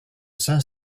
cinq